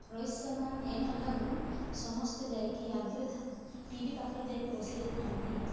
ରୋହିତ ଶର୍ମାର ଗେମ୍ ଆସିଲା ବଲେ ସମସ୍ତେ ଯାଇକି ଆଗରେ ଟିଭି ପାଖରେ ଯାଇକି ବସି ଯାଇଥାଆନ୍ତି